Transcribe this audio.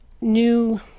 new